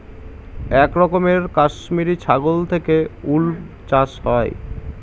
এক রকমের কাশ্মিরী ছাগল থেকে উল চাষ হয়